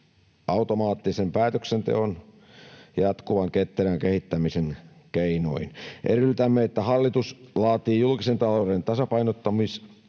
automaattisen päätöksenteon ja jatkuvan ketterän kehittämisen keinoin. Edellytämme, että hallitus laatii julkisen talouden tasapainottamissuunnitelman,